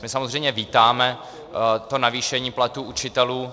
My samozřejmě vítáme to navýšení platů učitelů.